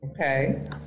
Okay